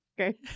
Okay